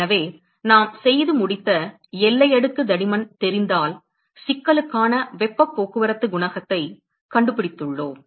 எனவே நாம் செய்து முடித்த எல்லை அடுக்கு தடிமன் தெரிந்தால் சிக்கலுக்கான வெப்பப் போக்குவரத்து குணகத்தைக் கண்டுபிடித்துள்ளோம்